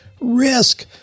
risk